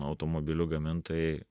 automobilių gamintojai